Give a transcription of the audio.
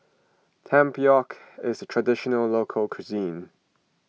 Tempoyak is a Traditional Local Cuisine